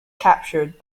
captured